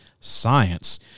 science